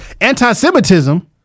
anti-Semitism